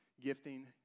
gifting